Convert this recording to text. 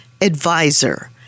advisor